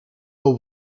hau